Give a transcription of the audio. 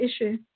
issue